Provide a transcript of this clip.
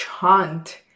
chant